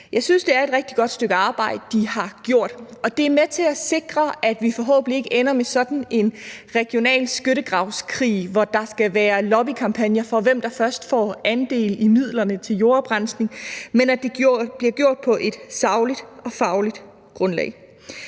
Jeg synes, det er et rigtig godt stykke arbejde, de har gjort, og det er med til at sikre, at vi forhåbentlig ikke ender med en regional skyttegravskrig, hvor der skal være lobbykampagner for, hvem der først får andel i midlerne til jordoprensning, men at det bliver gjort på et sagligt og fagligt grundlag.